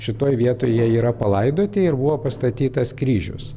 šitoj vietoj jie yra palaidoti ir buvo pastatytas kryžius